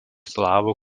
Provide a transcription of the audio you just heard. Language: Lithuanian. slavų